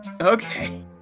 Okay